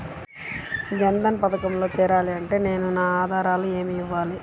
జన్ధన్ పథకంలో చేరాలి అంటే నేను నా ఆధారాలు ఏమి ఇవ్వాలి?